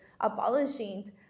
abolishing